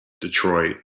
Detroit